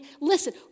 Listen